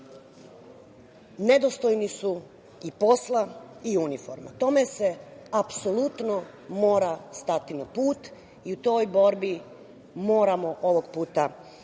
Nedostojni su i posla i uniforme. Tome se apsolutno mora stati na put i u toj borbi moramo ovog puta ići